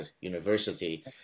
University